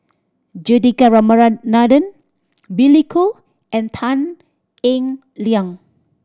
Juthika Ramanathan Billy Koh and Tan Eng Liang